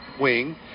wing